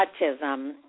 autism